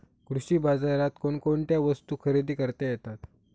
कृषी बाजारात कोणकोणत्या वस्तू खरेदी करता येतात